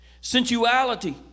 sensuality